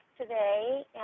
today